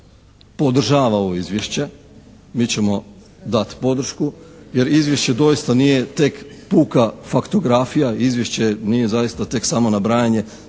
zajednice podržava ovo izvješće. Mi ćemo dati podršku, jer izvješće doista nije tek puka faktografija, izvješće nije zaista tek samo nabrajanje